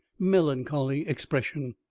melancholy expression.